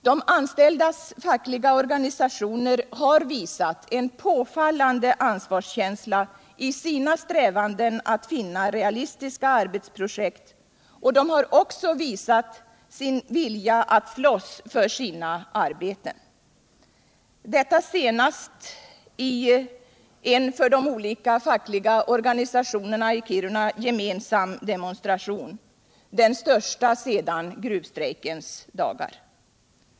De anställdas fackliga organisationer har visat en påfallande ansvarskänsla i sina strävanden att finna realistiska arbetsprojekt, och de har också visat sin vilja att slåss för sina arbeten — detta senast i en för de olika fackliga organisationerna i Kiruna gemensam demonstration, den största sedan gruvstrejkens dagar.